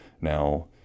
Now